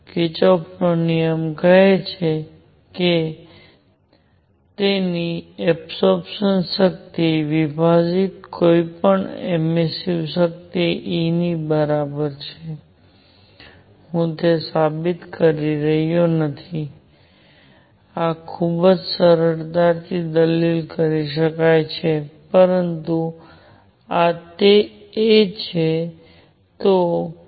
કિર્ચોફનો નિયમ કહે છે કે તેની એબસોરપ્સન શક્તિથી વિભાજિત કોઈની પણ એમિસ્સીવ શક્તિ E ની બરાબર છે હું તે સાબિત કરી રહ્યો નથી આ ખૂબ સરળતાથી દલીલ કરી શકાય છે પરંતુ આ તે છે